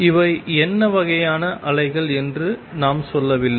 இவை என்ன வகையான அலைகள் என்று நாம் சொல்லவில்லை